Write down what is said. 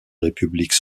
républiques